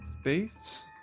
space